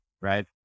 right